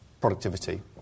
productivity